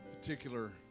particular